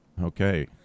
Okay